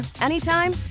anytime